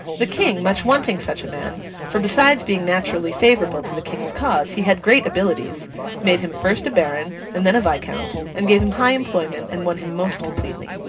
the king, much wanting such a man for, besides being naturally favourable to the king's cause, he had great abilities made him first a baron, and then a viscount, and gave him high employment, and won him most completely.